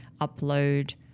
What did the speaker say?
upload